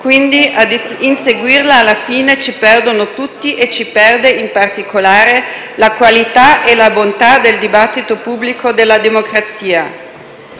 Quindi ad inseguirla, alla fine, ci perdono tutti e ci perde, in particolare, la qualità e la bontà del dibattito pubblico della democrazia.